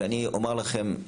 אני אומר לכם,